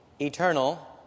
eternal